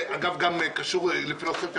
אתה יכול גם ללמד אותם.